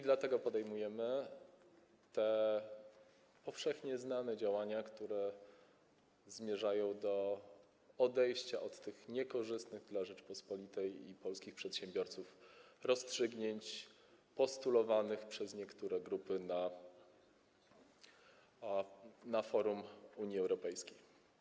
Dlatego podejmujemy te powszechnie znane działania, które zmierzają do odejścia od niekorzystnych dla Rzeczypospolitej i polskich przedsiębiorców rozstrzygnięć postulowanych przez niektóre grupy na forum Unii Europejskiej.